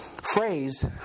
Phrase